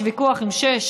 יש ויכוח אם שש,